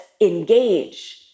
engage